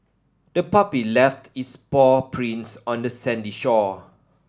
the puppy left its paw prints on the sandy shore